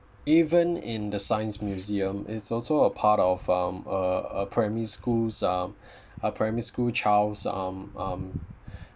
even in the science museum is also a part of um uh uh primary schools um a primary school child's um um